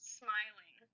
smiling